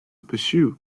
pursue